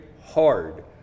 hard